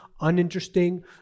Uninteresting